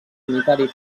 unitari